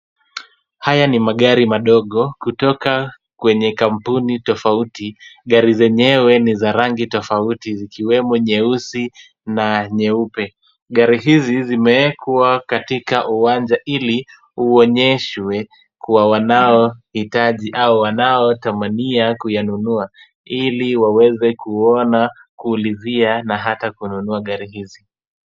Haya ni magari madogo kutoka kwenye kampuni tofauti. Gari zenyewe ni za rangi tofauti zikiwemo nyeusi na nyeupe, Gari hizi zimeekwa katika uwanja ili uonyeshwe kwa wanaohitaji au wanaotamania kuyanunua ili waweze kuona, kuulizia na hata kununua gari hizi.